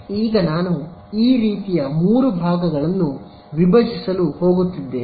ಈಗ ನಾನು ಈ ರೀತಿಯ 3 ಭಾಗಗಳನ್ನು ವಿಭಜಿಸಲು ಹೋಗುತ್ತಿದ್ದೇನೆ